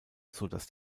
sodass